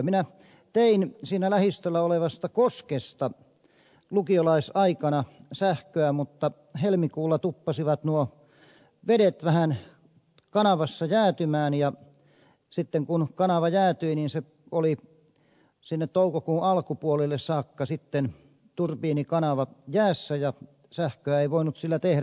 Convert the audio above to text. minä tein siinä lähistöllä olevasta koskesta lukiolaisaikana sähköä mutta helmikuulla tuppasivat nuo vedet vähän kanavassa jäätymään ja sitten kun kanava jäätyi niin turbiinikanava oli sinne toukokuun alkupuolille saakka sitten jäässä ja sähköä ei voinut sillä tehdä